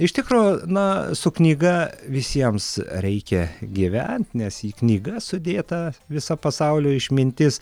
iš tikro na su knyga visiems reikia gyvent nes į knygas sudėta visa pasaulio išmintis